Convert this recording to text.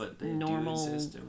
normal